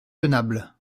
tenable